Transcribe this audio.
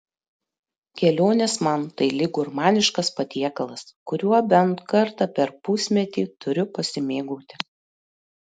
kelionės man tai lyg gurmaniškas patiekalas kuriuo bent kartą per pusmetį turiu pasimėgauti